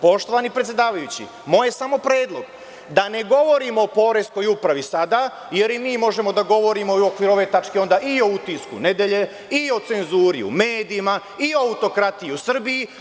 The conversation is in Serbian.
Poštovani predsedavajući, moj je predlog samo da ne govorimo o poreskoj upravi sada, jer i mi možemo da govorimo u okviru ove tačke onda i o „Utisku nedelje“ i o cenzuri u medijima i o autokratiji u Srbiji.